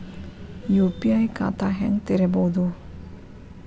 UPI ಖಾತಾ ಹೆಂಗ್ ತೆರೇಬೋದು?